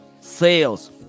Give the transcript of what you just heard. sales